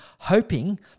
hoping